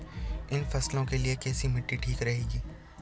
इन फसलों के लिए कैसी मिट्टी ठीक रहेगी?